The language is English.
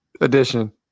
edition